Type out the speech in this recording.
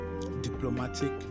diplomatic